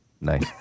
Nice